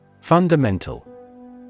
Fundamental